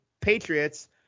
Patriots